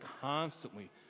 constantly